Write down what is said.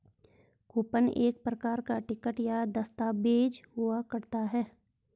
coupon एक प्रकार का टिकट या दस्ताबेज हुआ करता है